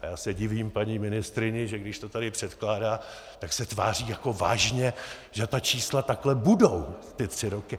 A já se divím paní ministryni, že když to tady předkládá, tak se tváří jako vážně, že ta čísla takhle budou ty tři roky.